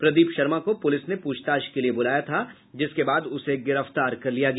प्रदीप शर्मा को पुलिस ने पूछताछ के लिए बुलाया था जिसके बाद उसे गिरफ्तार कर लिया गया